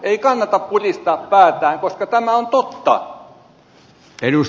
ei kannata pudistaa päätään koska tämä on totta